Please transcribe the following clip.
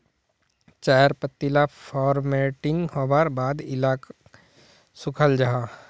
चायर पत्ती ला फोर्मटिंग होवार बाद इलाक सुखाल जाहा